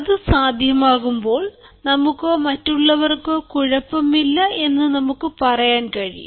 അത് സാധ്യമാകുമ്പോൾ നമുക്കോ മറ്റുള്ളവർക്കോ കുഴപ്പമില്ല എന്ന് നമുക്ക് പറയാൻ കഴിയും